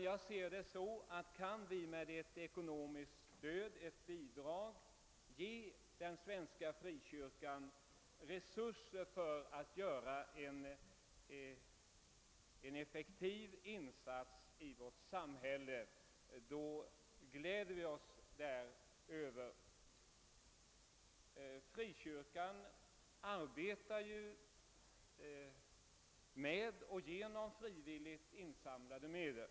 Jag gläder mig om vi med ett ekonomiskt bidrag kan ge den svenska frikyrkan resurser för att göra en effektiv insats i vårt samhälle. Frikyrkan arbetar ju tack vare frivilligt insamlade medel.